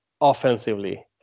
offensively